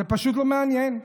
זה פשוט לא מעניין.